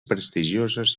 prestigioses